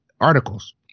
articles